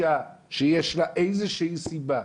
אישה שיש לה איזו שהיא סיבה,